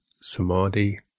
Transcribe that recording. samadhi